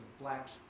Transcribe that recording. blacks